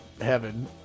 heaven